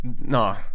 No